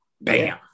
bam